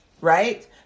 right